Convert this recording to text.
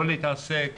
לא להתעסק